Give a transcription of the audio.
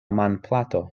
manplato